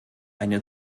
eine